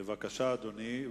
בבקשה, אדוני.